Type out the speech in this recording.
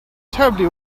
terribly